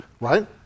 right